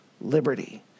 liberty